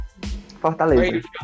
Fortaleza